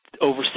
over